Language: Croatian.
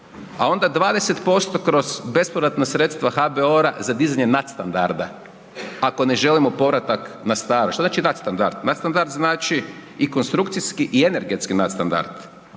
a onda 20% kroz bespovratna sredstva HBOR-a za dizanje nadstandarda, ako ne želimo povratak na staro. Što znači nadstandard? Nadstandard znači i konstrukcijski i energetski nadstandard.